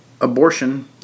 abortion